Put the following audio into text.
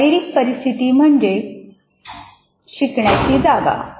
शारीरिक परिस्थिती म्हणजे शिकण्याची जागा